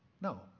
No